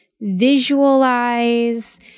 visualize